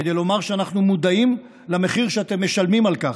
כדי לומר שאנחנו מודעים למחיר שאתם משלמים על כך,